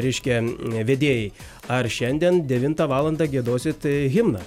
reiškia vedėjai ar šiandien devintą valandą giedosit himną